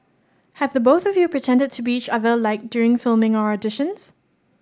have the both of you pretended to be each other like during filming or auditions